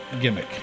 gimmick